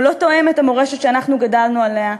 הוא לא תואם את המורשת שאנחנו גדלנו עליה,